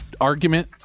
argument